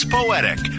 Poetic